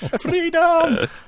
freedom